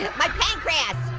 my pancreas!